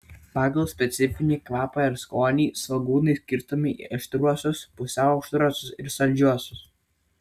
pagal specifinį kvapą ir skonį svogūnai skirstomi į aštriuosius pusiau aštriuosius ir saldžiuosius